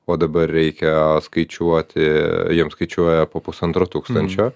o dabar reikia skaičiuoti jiem skaičiuoja po pusantro tūkstančio